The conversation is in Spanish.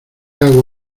hago